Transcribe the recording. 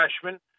freshman